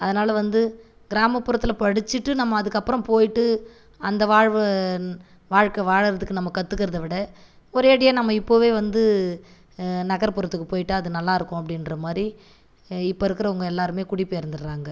அதனால் வந்து கிராமபுறத்தில் படிச்சுட்டு நம்ம அதுக்கப்புறம் போயிட்டு அந்த வாழ்வு வாழ்க்கை வாழறதுக்கு நம்ம கற்றுக்குறத விட ஒரே அடியா நம்ம இப்போவே வந்து நகர்புறத்துக்கு போயிட்டா அது நல்லாருக்கும் அப்படின்ற மாதிரி இப்போ இருக்குறவங்க எல்லாருமே குடிபெயர்ந்துறாங்கள்